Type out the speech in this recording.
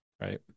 right